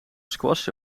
squash